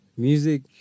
Music